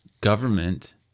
government